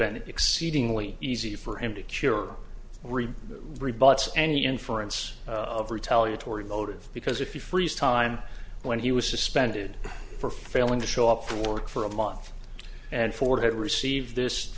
been exceedingly easy for him to cure rebuts any inference of retaliatory motive because if you freeze time when he was suspended for failing to show up for for a month and ford received this